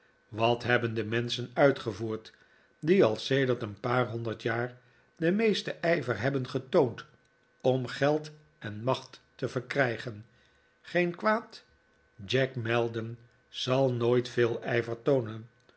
wat hebben de menschen uitgevoerd die al sedert een paar honderd jaar den meesten ijver hebben getoond om geld en macht te verkrijgen geen kwaad jack maldon zal nooit veel ijver toonen